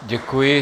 Děkuji.